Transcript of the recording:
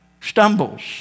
Stumbles